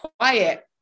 quiet